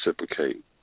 reciprocate